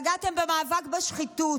פגעתם במאבק בשחיתות.